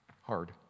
hard